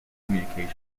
communications